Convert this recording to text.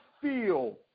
feel